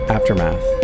Aftermath